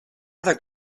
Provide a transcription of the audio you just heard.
other